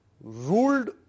ruled